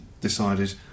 decided